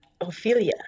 Ophelia